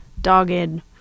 dogged